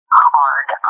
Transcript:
hard